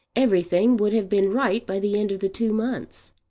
everything would have been right by the end of the two months.